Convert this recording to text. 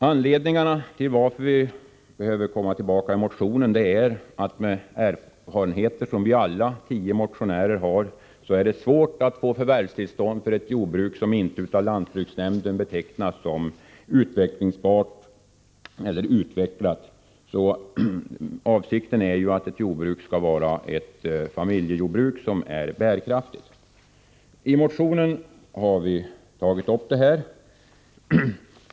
Enligt erfarenheter som samtliga vi tio motionärer har är det svårt att få förvärvstillstånd för ett jordbruk som inte av lantbruksnämnden betecknas som utvecklingsbart eller utvecklat. Avsikten enligt jordförvärvslagen är ju att ett jordbruk skall vara ett familjejordbruk som är bärkraftigt. I motionen har vi tagit upp detta.